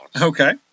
Okay